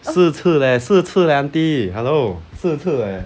四次 leh 四次 leh auntie hello 四次 leh